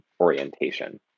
orientation